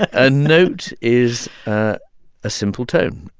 a note is ah a simple tone.